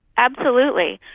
absolutely,